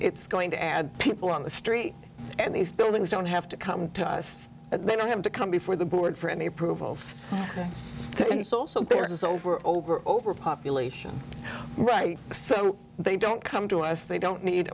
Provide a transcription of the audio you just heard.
it's going to add people on the street and these buildings don't have to come to us they don't have to come before the board for any approvals and it's also there is over over over population right so they don't come to us they don't need